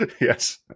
Yes